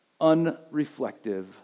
unreflective